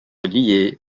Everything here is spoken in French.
lié